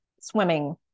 swimming